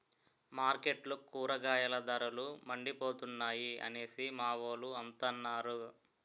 మార్కెట్లో కూరగాయల ధరలు మండిపోతున్నాయి అనేసి మావోలు అంతన్నారు